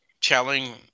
telling